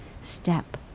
step